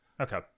Okay